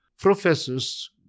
professors